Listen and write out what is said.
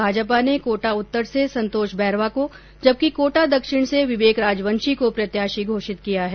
भाजपा ने कोटा उत्तर से संतोष बैरवा को जबकि कोटा दक्षिण से विवेक राजवंशी को प्रत्याशी घोषित किया है